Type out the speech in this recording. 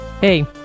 Hey